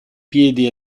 piedi